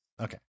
Okay